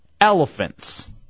elephants